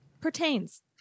pertains